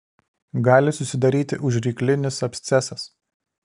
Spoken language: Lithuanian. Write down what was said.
gali susidaryti užryklinis abscesas